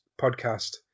podcast